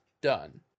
done